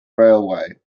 railway